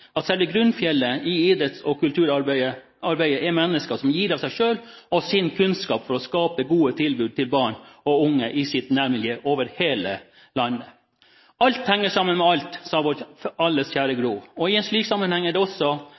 grunnfjellet i idretts- og kulturarbeidet er mennesker som gir av seg selv og av sin kunnskap for å skape gode tilbud til barn og unge i sitt nærmiljø over hele landet. «Alt henger sammen med alt», sa vår alles kjære Gro, og i en slik sammenheng må vi se det også